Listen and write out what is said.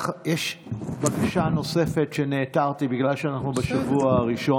בקשה נוספת שנעתרתי לה, בגלל שאנחנו בשבוע הראשון,